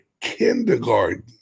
kindergarten